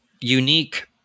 unique